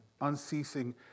unceasing